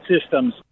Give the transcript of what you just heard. systems